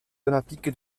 olympiques